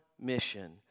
mission